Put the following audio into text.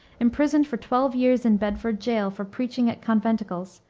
imprisoned for twelve years in bedford jail for preaching at conventicles,